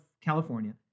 California